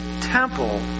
temple